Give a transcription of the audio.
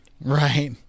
right